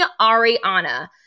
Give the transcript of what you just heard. Ariana